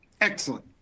Excellent